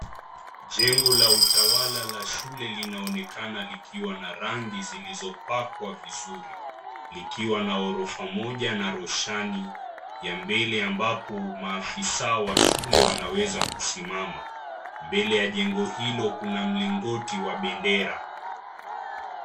Jengo la utawala wa shule linaonekana likiwa na rangi zilizopakwa vizuri likiwa na ghorofa moja na roshani ya mbele ambapo maafisa wa shule wanaweza kusimama. Mbele ya jengo hilo kuna mlingoti wa bendera.